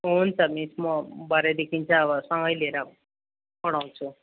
हुन्छ मिस म भरेदेखि चाहिँ अब सँगै लिएर पढ़ाउछु